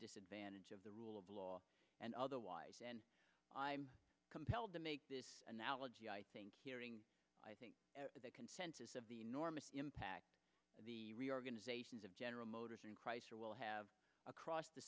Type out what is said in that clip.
disadvantage of the rule of law and otherwise and i'm compelled to make this analogy i think hearing i think the consensus of the enormous impact of the reorganizations of general motors and chrysler will have across the